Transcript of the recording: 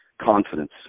confidence